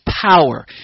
power